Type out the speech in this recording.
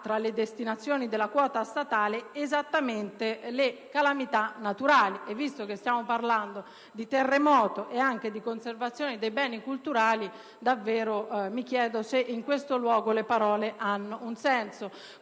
tra le destinazioni della quota statale le calamità naturali e, visto che stiamo parlando di terremoto e di conservazione dei beni culturali, mi chiedo davvero se in questo luogo le parole abbiano un senso.